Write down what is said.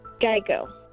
Geico